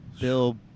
bill